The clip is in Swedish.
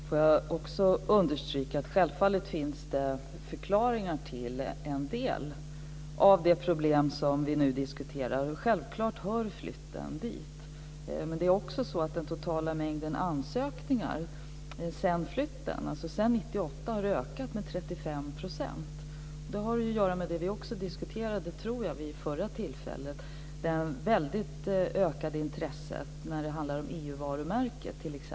Fru talman! Självfallet finns det förklaringar till en del av de problem som vi nu diskuterar och självklart hör flytten dit. Det är också så att den totala mängden ansökningar sedan flytten, alltså sedan år 1998, har ökat med 35 %. Det har att göra med vad vi, tror jag, diskuterade vid förra tillfället, nämligen det väldigt ökade intresset t.ex. kring EU-varumärket.